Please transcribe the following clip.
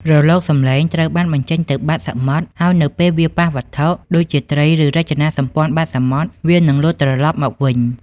រលកសំឡេងត្រូវបានបញ្ចេញទៅបាតទឹក ហើយនៅពេលវាប៉ះវត្ថុ ដូចជាត្រី ឬរចនាសម្ព័ន្ធបាតសមុទ្រ វានឹងលោតត្រឡប់មកវិញ។